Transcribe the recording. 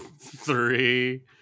Three